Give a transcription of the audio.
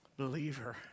believer